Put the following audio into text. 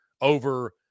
over